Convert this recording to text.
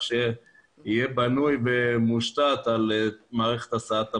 שיהיה בנוי ומושתת על מערכת הסעת המונים.